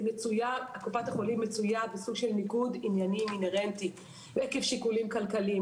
קופת החולים מצויה בסוג של ניגוד עניינים אינהרנטי עקב שיקולים כלכליים.